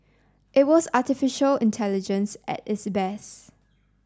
it was artificial intelligence at its best